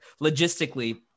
logistically